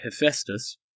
Hephaestus